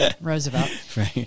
Roosevelt